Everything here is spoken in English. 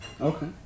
Okay